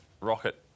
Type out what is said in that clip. Rocket